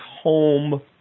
home